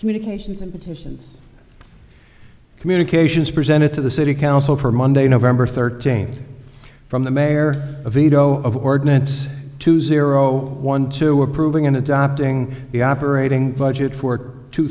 communications and petitions communications presented to the city council for monday november thirteenth from the mayor of veto of ordinance two zero one two approving and adopting the operating budget for two